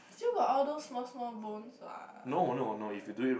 still got all those small small bones what